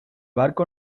barco